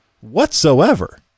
whatsoever